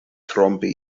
trompi